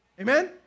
Amen